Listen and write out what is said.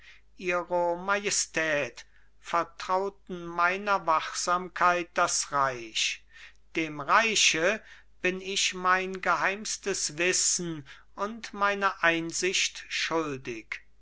ihre majestät vertrauten meiner wachsamkeit das reich dem reiche bin ich mein geheimstes wissen und meine einsicht schuldig